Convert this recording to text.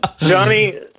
Johnny